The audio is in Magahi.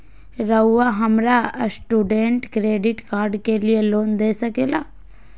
रहुआ हमरा स्टूडेंट क्रेडिट कार्ड के लिए लोन दे सके ला?